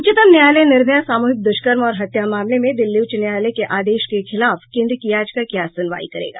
उच्चतम न्यायालय निर्भया सामूहिक दुष्कर्म और हत्या मामले में दिल्ली उच्च न्यायालय के आदेश के खिलाफ केन्द्र की याचिका की आज सुनवाई करेगा